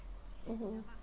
mmhmm